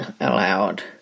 allowed